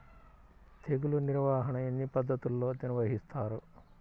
తెగులు నిర్వాహణ ఎన్ని పద్ధతుల్లో నిర్వహిస్తారు?